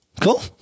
cool